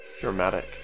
Dramatic